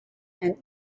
and